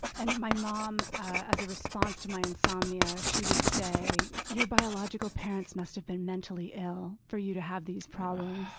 and my mom as a response to my insomnia, she would say, your biological parents must have been mentally ill for you to have these problems.